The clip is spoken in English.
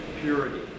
purity